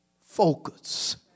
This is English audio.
focus